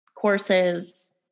Courses